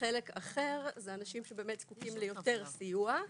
חלק אחר זה אנשים שבאמת זקוקים ליותר סיוע.